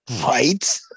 Right